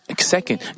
Second